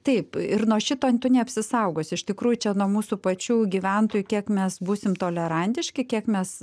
taip ir nuo šito tu neapsisaugosi iš tikrųjų čia nuo mūsų pačių gyventojų kiek mes būsim tolerantiški kiek mes